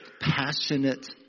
passionate